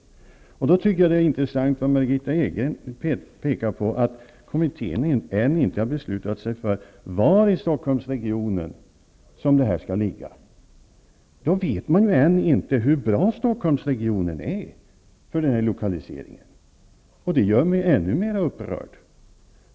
Det som Margitta Edgren påpekade är intressant, nämligen att kommittén ännu inte har beslutat sig för var i Stockholmsregionen som institutet skall förläggas. Då kan man väl inte veta hur bra Stockholmsregionen är för lokaliseringen. Detta gör mig ännu mera upprörd.